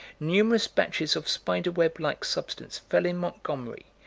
numerous batches of spider-web-like substance fell in montgomery,